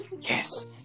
yes